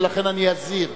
ולכן אני אזהיר.